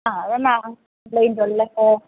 ആ എന്നാൽ ലൈനിൽ ഉള്ളപ്പോൾ